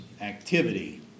activity